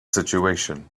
situation